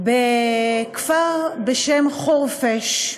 בכפר בשם חורפיש,